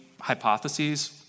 hypotheses